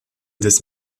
des